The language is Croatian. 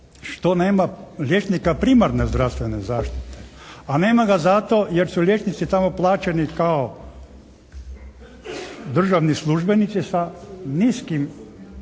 što nema liječnika primarne zdravstvene zaštite, a nema ga zato jer su liječnici tamo plaćeni kao državni službenici sa niskim